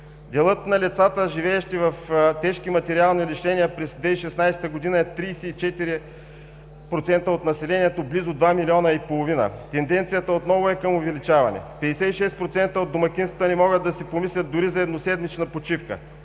Делът на лицата, живеещи в тежки материални лишения, през 2016 г. е 34% от населението – близо 2 милиона и половина. Тенденцията отново е към увеличаване. 56% от домакинствата не могат да си помислят дори за едноседмична почивка.